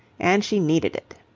and she needed it.